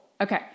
okay